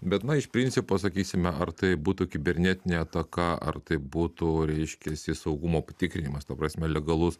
bet na iš principo sakysime ar tai būtų kibernetinė ataka ar tai būtų reiškiasi saugumo patikrinimas ta prasme legalus